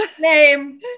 name